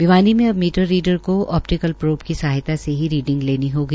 भिवानी में अब meter reader को ऑपटिक्ल प्रोब की सहायता से रीडिंग लेनी होगी